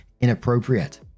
inappropriate